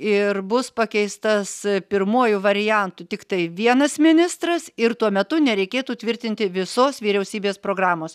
ir bus pakeistas pirmuoju variantu tiktai vienas ministras ir tuo metu nereikėtų tvirtinti visos vyriausybės programos